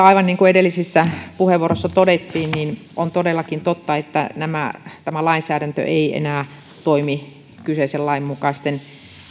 aivan niin kuin edellisissä puheenvuoroissa todettiin on todellakin totta että tämä lainsäädäntö ei enää toimi kyseisen lain mukaisten